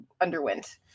underwent